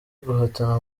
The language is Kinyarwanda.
guhatana